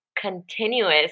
continuous